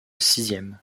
sixième